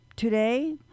Today